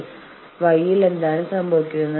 ഒരു ജോലിയിൽ നിങ്ങൾ എത്ര പണം സമ്പാദിക്കുന്നു